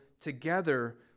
together